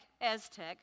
Aztec